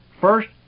First